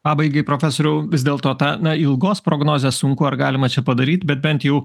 pabaigai profesoriau vis dėlto tą na ilgos prognozės sunku ar galima čia padaryt bet bent jau